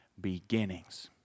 beginnings